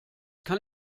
kann